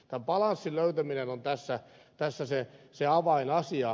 tämän balanssin löytäminen on tässä se avainasia